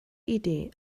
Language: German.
idee